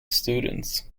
students